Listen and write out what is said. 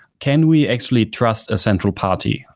can we actually trust a central party?